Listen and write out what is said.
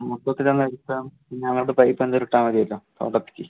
മൊത്തത്തിലങ്ങെടുക്കാം പിന്നങ്ങോട്ട് പൈപ്പെന്തേലും ഇട്ടാ മതിയല്ലോ തോട്ടത്തിക്ക്